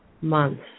months